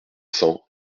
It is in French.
cents